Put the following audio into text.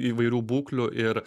įvairių būklių ir